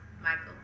Michael